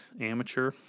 amateur